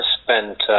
spent